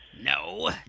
No